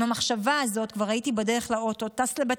עם המחשבה הזאת כבר הייתי בדרך לאוטו, טס לבית